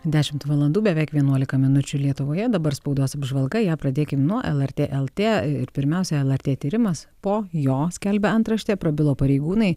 dešimt valandų beveik vienuolika minučių lietuvoje dabar spaudos apžvalga ją pradėkim nuo lrt lt ir pirmiausia lrt tyrimas po jo skelbia antraštė prabilo pareigūnai